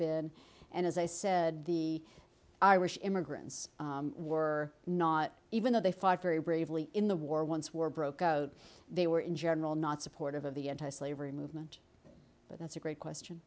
been and as i said the irish immigrants were not even though they five very bravely in the war once war broke out they were in general not supportive of the anti slavery movement but that's a great question